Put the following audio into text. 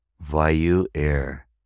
vayu-air